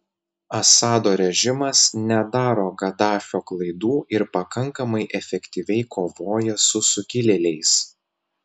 assado režimas nedaro gaddafio klaidų ir pakankamai efektyviai kovoja su sukilėliais